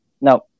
No